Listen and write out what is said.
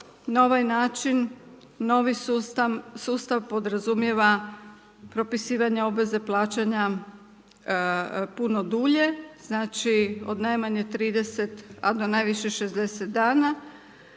na ovaj način novi sustav podrazumijeva propisivanje obveze plaćanja puno dulje. Znači od najmanje 30 a do najviše 60 dana